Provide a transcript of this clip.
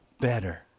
better